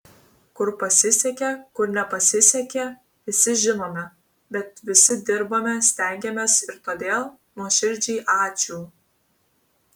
kur pasisekė kur nepasisekė visi žinome bet visi dirbome stengėmės ir todėl nuoširdžiai ačiū